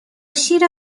شیر